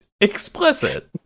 explicit